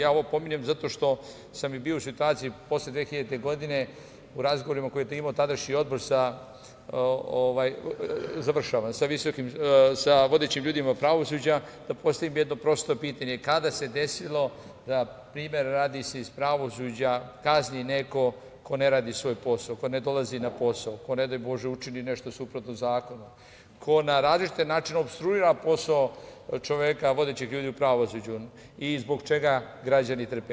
Ja ovo pominjem zato što sam i bio u situaciji posle 2000. godine, u razgovorima koje je imao tadašnji odbor sa vodećim ljudima pravosuđa, da postavim jedno prosto pitanje – kada se desilo da, primera radi, se iz pravosuđa kazni neko ko ne radi svoj posao, ko ne dolazi na posao, ko ne daj bože učini nešto suprotno zakonu, ko na različite načine opstruira posao čoveka, vodećih ljudi u pravosuđu i zbog čega građani trpe?